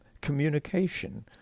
communication